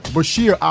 Bashir